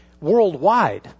worldwide